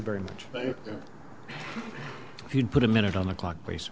very much but if you put a minute on the clock please